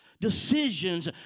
decisions